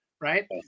Right